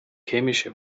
chemische